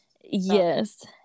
Yes